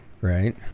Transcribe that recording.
Right